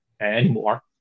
anymore